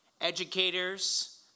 Educators